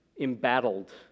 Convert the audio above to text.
embattled